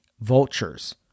vultures